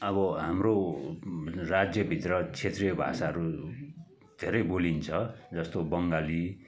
अब हाम्रो राज्य भित्र क्षेत्रीय भाषाहरू धेरै बोलिन्छ जस्तो बङ्गाली